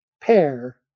pair